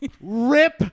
Rip